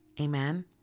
Amen